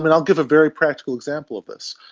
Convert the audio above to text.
and i'll give a very practical example of this.